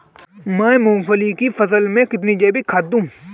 मैं मूंगफली की फसल में कितनी जैविक खाद दूं?